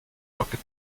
rocket